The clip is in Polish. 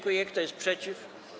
Kto jest przeciw?